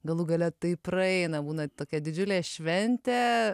galų gale tai praeina būna tokia didžiulė šventė